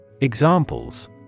Examples